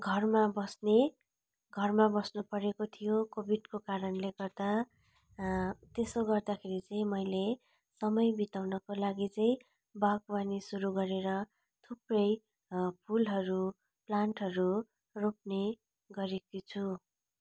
घरमा बस्ने घरमा बस्नु परेको थियो कोभिडको कारणले गर्दा त्यस्तो गर्दाखेरि चाहिँ मैले समय बिताउनको लागि चाहिँ बागवानी सुरु गरेर थुप्रै फुलहरू प्लान्टहरू रोप्ने गरेकी छु